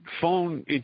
phone